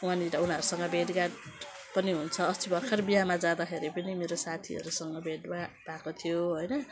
वहाँनिर उनीहरूसँग भेटघाट पनि हुन्छ अस्ति भर्खर बिहामा जाँदाखेरि पनि मेरो साथीहरूसँग भेट भयो भएको थियो होइन